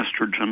estrogen